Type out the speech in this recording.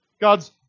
God's